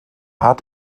hat